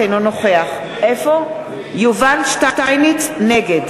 נגד מאיר שטרית, נגד